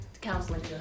counseling